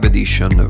Edition